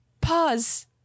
pause